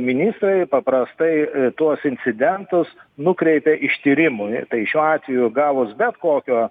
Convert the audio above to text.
ministrai paprastai tuos incidentus nukreipia ištyrimui tai šiuo atveju gavus bet kokio